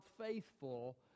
faithful